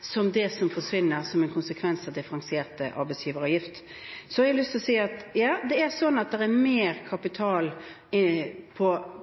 som det som forsvinner som en konsekvens av differensiert arbeidsgiveravgift. Så har jeg lyst til å si: Ja, det er mer kapital